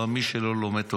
ומי שלא לומד תורה,